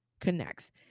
connects